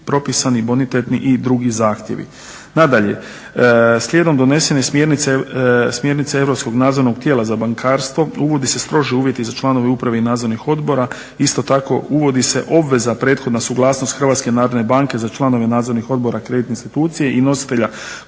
propisani bonitetni i drugi zahtjevi. Nadalje slijedom donose smjernice europskog nadzornog tijela za bankarstvom uvodi se stroži uvjeti za članovi uprave i nadzornih odbora isto tako uvodi se obveza prethodna sukladnost HNB za članove nadzornih odbora kreditne institucije i nositelja